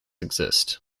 exist